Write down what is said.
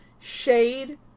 shade